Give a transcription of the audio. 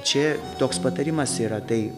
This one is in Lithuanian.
čia toks patarimas yra tai